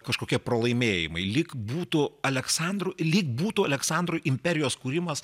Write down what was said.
kažkokie pralaimėjimai lyg būtų aleksandro lyg būtų aleksandro imperijos kūrimas